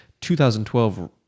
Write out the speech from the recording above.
2012